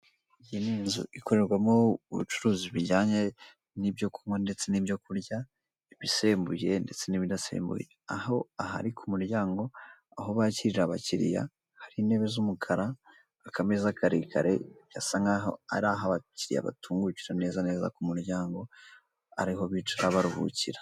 Iyi ni inzu ikorerwamo ubucuruzi bujyanye n'ibyo kunywa ndetse n'ibyo kurya, ibisembuye ndetse n'ibidasembuye, aho aha ari ku muryango, aho bakirira abakiliya, hari intebe z'umukara, akameza karekare, birasa nkaho abakiliya ariho batungukira neza neza ku muryango, ariho bicara baruhukira.